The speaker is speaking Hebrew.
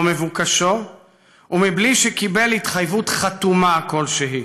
מבוקשו ובלי שקיבל התחייבות חתומה כשלהי.